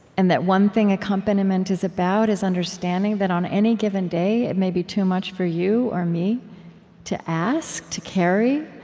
and that one thing accompaniment is about is understanding that on any given day, it might be too much for you or me to ask, to carry